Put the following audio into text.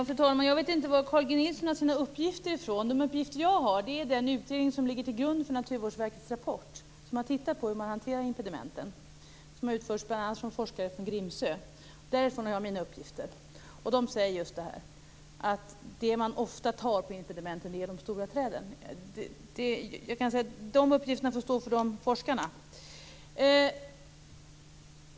Fru talman! Jag vet inte varifrån Carl G Nilsson fått sina uppgifter från. De uppgifter som jag har kommer från den utredning som ligger till grund för Naturverkets rapport om hur man har hanterat impedimenten. Den har bl.a. utförts av forskare från Grimsö forskningsstation. Dessa uppgifter säger att man på impedimenten ofta tar just de stora träden. De uppgifterna får stå för de forskarna.